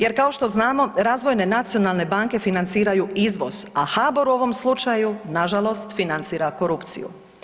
Jer kao što znamo razvojne nacionalne banke financiraju izvoz, a HABOR u ovom slučaju nažalost financira korupciju.